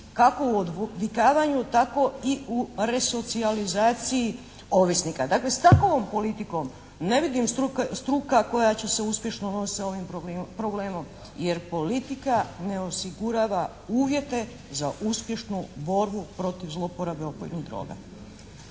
kako u odvikavanju tako i u resocijalizaciji ovisnika. Dakle, s takovom politikom ne vidim struka koja će se uspješno nositi sa ovim problemom jer politika ne osigurava uvjete za uspješnu borbu protiv zlouporabe opojnih droga.